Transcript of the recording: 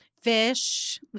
Fish